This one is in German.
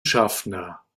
schaffner